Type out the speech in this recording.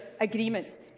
agreements